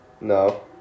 No